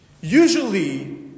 Usually